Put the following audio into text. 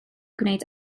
gwneud